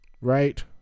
right